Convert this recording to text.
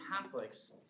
Catholics